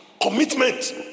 commitment